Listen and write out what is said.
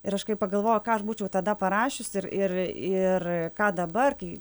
ir aš kai pagalvoju ką aš būčiau tada parašiusi ir ir ką dabar kai